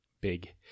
big